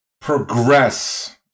progress